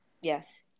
Yes